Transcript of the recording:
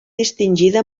distingida